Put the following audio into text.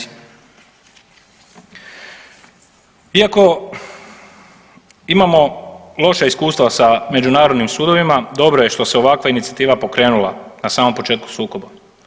Iako imamo loša iskustva sa Međunarodnim sudovima dobro je što se ovakva inicijativa pokrenula na samom početku sukoba.